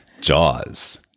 Jaws